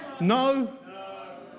No